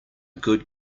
good